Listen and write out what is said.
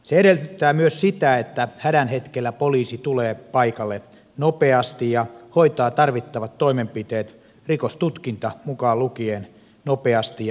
se edellyttää myös sitä että hädän hetkellä poliisi tulee paikalle nopeasti ja hoitaa tarvittavat toimenpiteet rikostutkinta mukaan lukien nopeasti ja ammattitaidolla